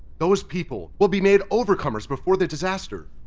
those people will be made overcomers before the disaster.